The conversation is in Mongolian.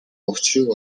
учрыг